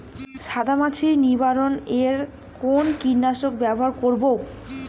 সাদা মাছি নিবারণ এ কোন কীটনাশক ব্যবহার করব?